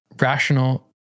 rational